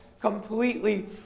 Completely